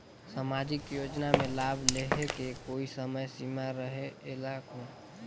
समाजिक योजना मे लाभ लहे के कोई समय सीमा रहे एला कौन?